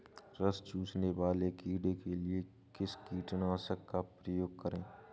रस चूसने वाले कीड़े के लिए किस कीटनाशक का प्रयोग करें?